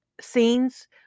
scenes